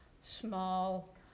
small